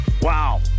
Wow